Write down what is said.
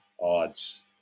odds